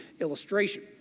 illustration